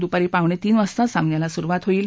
दुपारी पावणे तीन वाजता सामन्याला सुरुवात होईल